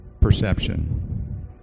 perception